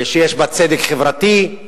שיש בה צדק חברתי,